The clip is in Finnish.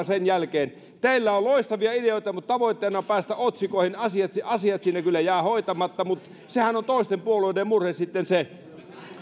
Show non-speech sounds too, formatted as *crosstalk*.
*unintelligible* sen jälkeen teillä on loistavia ideoita mutta tavoitteena on päästä otsikoihin ja asiat siinä kyllä jäävät hoitamatta mutta sehän on toisten puolueiden murhe sitten se